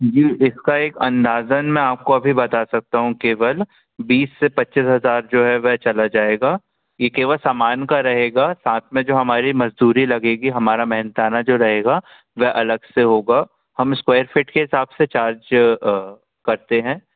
जी इसका एक अंदाजन मैं आपको अभी बता सकता हूँ केवल बीस से पच्चीस हज़ार जो है वह चला जाएगा यह केवल सामान का रहेगा साथ में जो हमारी मजदूरी लगेगी हमारा मेहनताना जो रहेगा वह अलग से होगा हम स्क्वैर फिट के हिसाब से चार्ज करते हैं